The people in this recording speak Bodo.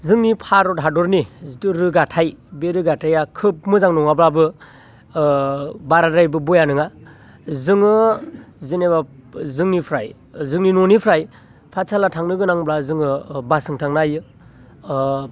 जोंनि भारत हादरनि जितु रोगाथाय बे रोगाथाया खोब मोजां नङाबाबो बाराद्रायबो बेया नङा जोङो जेनेबा जोंनिफ्राय जोंनि न'निफ्राय पाथसाला थांनो गोनांब्ला जोङो बासजों थांनो हायो